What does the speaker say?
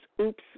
oops